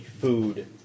food